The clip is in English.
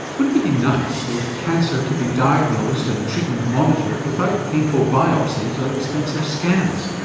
wouldn't it be nice if cancer could be diagnosed and treatment monitored without painful biopsies or expensive scans?